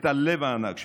את הלב הענק שלך.